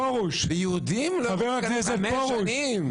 ויהודים לא יוכלו להיכנס חמש שנים?